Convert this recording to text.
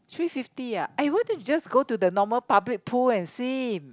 three fifty ah why don't you just go to the normal public pool and swim